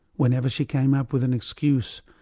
whenever she came up with an excuse,